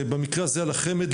במקרה הזה על החמ"ד,